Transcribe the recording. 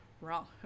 wrong